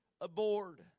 aboard